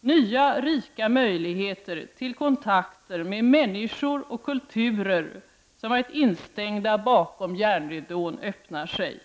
Nya, rika möjligheter till kontakter med människor och kulturer som varit instängda bakom järnridån öppnar sig.